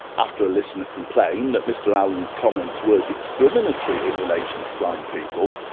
after a listener complained that mr allen's comments were discriminatory in relation to blind people,